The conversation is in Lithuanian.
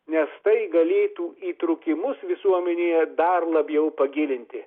nes tai galėtų įtrūkimus visuomenėje dar labiau pagilinti